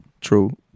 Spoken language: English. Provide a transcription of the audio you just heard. True